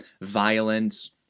violence